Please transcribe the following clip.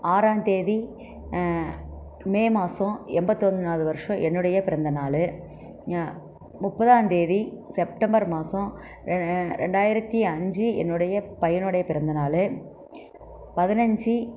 ஆறாம்தேதி May மாதம் எம்பத்தொன்றாவது வருடம் என்னுடைய பிறந்தநாள் முப்பதாம்தேதி செப்டம்பர் மாதம் ரெண்டாயிரத்தி அஞ்சு என்னுடைய பையனுடைய பிறந்தநாள் பதினஞ்சு